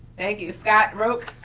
thank you, scott roque.